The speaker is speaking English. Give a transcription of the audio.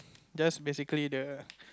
just basically the